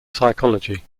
psychology